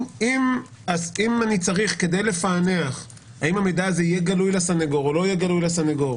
אם כדי לפענח האם המידע הזה יהיה גלוי לסנגור לא יהיה גלוי לסנגור,